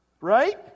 Right